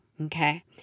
okay